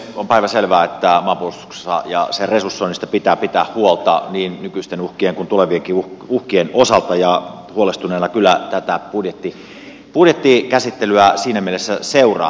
on päivänselvää että maanpuolustuksesta ja sen resursoinnista pitää pitää huolta niin nykyisten uhkien kuin tulevienkin uhkien osalta ja huolestuneena kyllä tätä budjettikäsittelyä siinä mielessä seuraan